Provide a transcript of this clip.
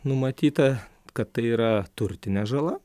numatyta kad tai yra turtinė žala